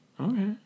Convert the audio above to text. Okay